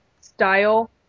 style